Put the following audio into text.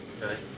okay